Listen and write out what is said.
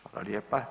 Hvala lijepa.